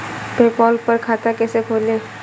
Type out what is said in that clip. PayPal पर खाता कैसे खोलें?